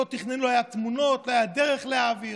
לא היו תמונות, לא הייתה דרך להעביר.